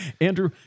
Andrew